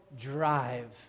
drive